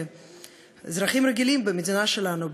אזרחים רגילים במדינה שלנו,